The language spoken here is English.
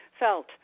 felt